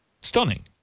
Stunning